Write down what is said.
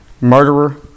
murderer